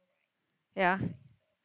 ya